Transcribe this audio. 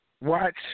watch